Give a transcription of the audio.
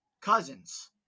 cousins